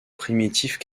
primitifs